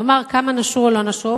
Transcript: לומר כמה נשרו או לא נשרו,